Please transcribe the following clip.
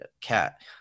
cat